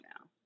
now